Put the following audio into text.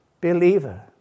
believer